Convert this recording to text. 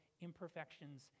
imperfections